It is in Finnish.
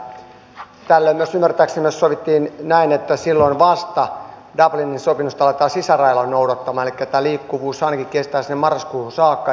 tällöin ymmärtääkseni myös sovittiin näin että silloin vasta dublinin sopimusta aletaan sisärajoilla noudattamaan elikkä tämä liikkuvuus kestää ainakin sinne marraskuuhun saakka